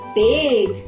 big